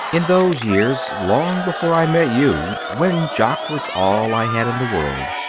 in those years, long before i met you, when jock was all i had in the world,